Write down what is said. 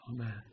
amen